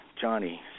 Johnny